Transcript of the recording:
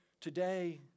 today